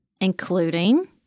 including